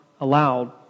allowed